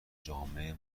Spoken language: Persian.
جامع